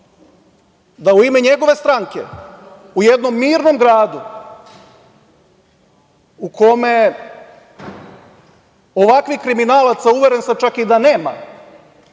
da u ime njegove stranke u jednom mirnom gradu, u kome ovakvih kriminalaca, uveren sam, čak i da nema